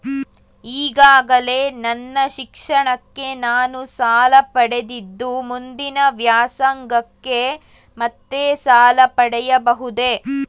ಈಗಾಗಲೇ ನನ್ನ ಶಿಕ್ಷಣಕ್ಕೆ ನಾನು ಸಾಲ ಪಡೆದಿದ್ದು ಮುಂದಿನ ವ್ಯಾಸಂಗಕ್ಕೆ ಮತ್ತೆ ಸಾಲ ಪಡೆಯಬಹುದೇ?